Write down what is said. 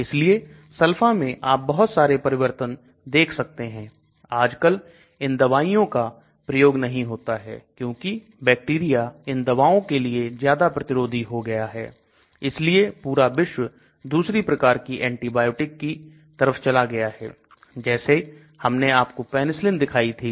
इसलिए sulfa में आप बहुत सारे परिवर्तन देख सकते हैं आजकल इन दवाइयों का प्रयोग नहीं होता है क्योंकि बैक्टीरिया इन दवाओं के लिए ज्यादा प्रतिरोधी हो गया है इसलिए पूरा विश्व दूसरी प्रकार की एंटीबायोटिक की तरफ चला गया है जैसे हमने आपको Penicillin दिखाई थी